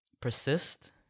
persist